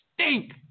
stink